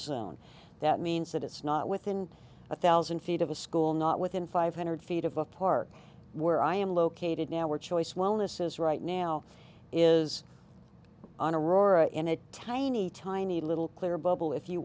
moan that means that it's not within a thousand feet of a school not within five hundred feet of a park where i am located now we're choice wellness is right now is on a rora in a tiny tiny little clear bubble if you